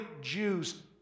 Jews